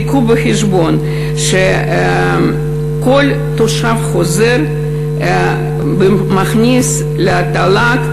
תביאו בחשבון שכל תושב חוזר מכניס לתל"ג,